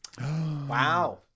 Wow